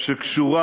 שקשורה